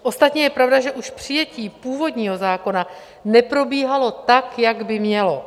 Ostatně je pravda, že už přijetí původního zákona neprobíhalo tak, jak by mělo.